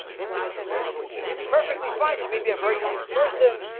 intimacy with another woman. she may be perfectly fine. she may be a very nice person